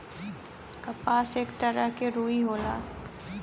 कपास एक तरह के रुई होला